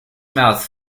mouth